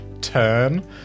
turn